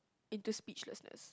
into speechlessness